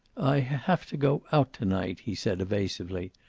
i have to go out to-night, he said evasively.